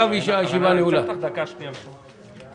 הישיבה ננעלה בשעה 11:10.